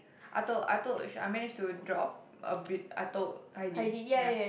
I told I told I manage to drop a bit I told high I D ya